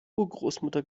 urgroßmutter